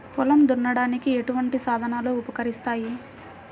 పొలం దున్నడానికి ఎటువంటి సాధనాలు ఉపకరిస్తాయి?